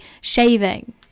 shaving